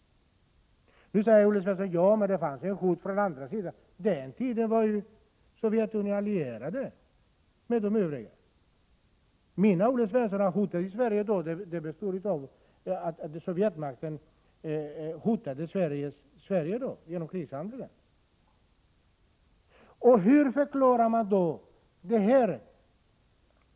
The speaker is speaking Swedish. Olle Svensson säger att det också fanns ett hot från annat håll. Men den tiden var Sovjetunionen allierat med övriga inblandade mot nazisterna. Menar Olle Svensson att hotet i Sverige bestod av att Sovjetmakten hotade Sverige med krigshandlingar?